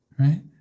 Right